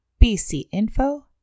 bcinfo